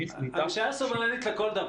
הממשלה סוברנית לכל דבר.